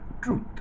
truth